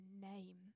name